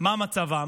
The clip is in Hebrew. מה מצבם,